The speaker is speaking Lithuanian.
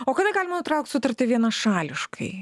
o kada galima nutraukt sutartį vienašališkai